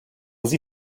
sie